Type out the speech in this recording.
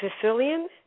Sicilian